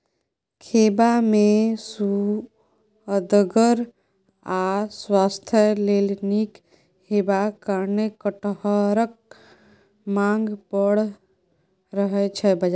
खेबा मे सुअदगर आ स्वास्थ्य लेल नीक हेबाक कारणेँ कटहरक माँग बड़ रहय छै बजार मे